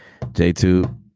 j2